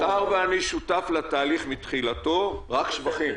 מאחר שאני שותף לתהליך מתחילתו, רק שבחים.